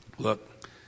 Look